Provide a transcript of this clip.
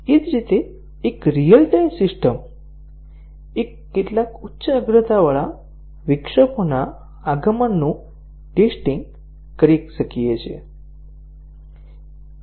એ જ રીતે એક રીઅલ ટાઇમ સિસ્ટમ આપણે કેટલાક ઉચ્ચ અગ્રતાવાળા વિક્ષેપોના આગમનનું ટેસ્ટીંગ કરી શકીએ છીએ